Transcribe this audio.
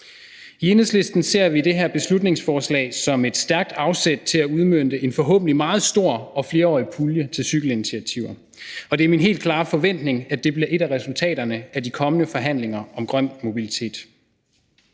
I Enhedslisten ser vi det her beslutningsforslag som et stærkt afsæt til at udmønte en forhåbentlig meget stor og flerårige pulje til cykelinitiativer. Og det er min helt klare forventning, at det bliver et af resultaterne af de kommende forhandlinger om grøn mobilitet.